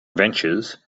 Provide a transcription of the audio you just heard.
ventures